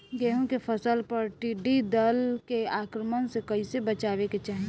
गेहुँ के फसल पर टिड्डी दल के आक्रमण से कईसे बचावे के चाही?